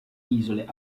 isole